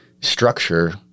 structure